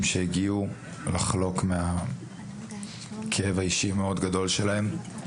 שהגיעו לחלוק מהכאב האישי המאוד גדול שלהם.